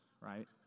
right